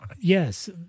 Yes